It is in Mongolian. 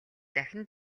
дахин